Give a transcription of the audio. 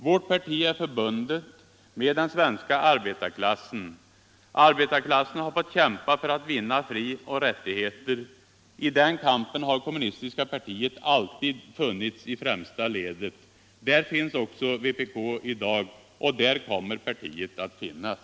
Vårt parti är förbundet med den svenska arbetarklassen. Arbetarklassen har fått kämpa för att vinna frioch rättigheter. I den kampen har kommunistiska partiet alltid funnits i främsta ledet. Där finns också vpk i dag, och där kommer partiet att finnas!